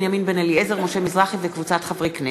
בנימין בן-אליעזר ומשה מזרחי וקבוצת חברי הכנסת,